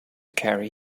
carry